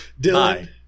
Dylan